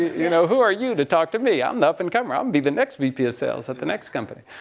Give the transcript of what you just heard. you know, who are you to talk to me? i'm an up and comer. i'll and be the next vp of sales at the next company.